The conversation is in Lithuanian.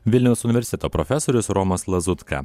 vilniaus universiteto profesorius romas lazutka